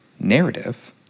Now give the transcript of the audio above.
narrative